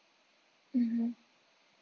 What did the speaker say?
mmhmm